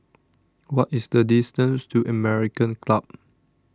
What IS The distance to American Club